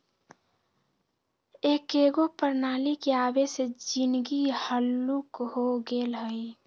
एकेगो प्रणाली के आबे से जीनगी हल्लुक हो गेल हइ